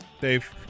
Dave